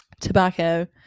Tobacco